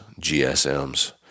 GSMs